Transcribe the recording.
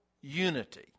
unity